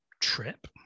trip